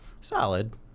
solid